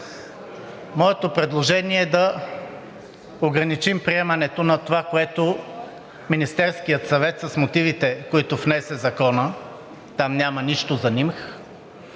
Моето предложение е да ограничим приемането на това, което Министерският съвет с мотивите, с които внесе Закона, там няма нищо за НИМХ,